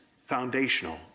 foundational